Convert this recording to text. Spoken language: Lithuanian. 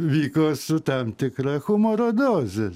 vyko su tam tikra humoro doze